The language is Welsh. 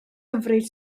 hyfryd